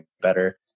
better